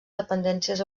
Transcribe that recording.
dependències